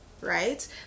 right